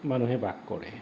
মানুহে বাস কৰে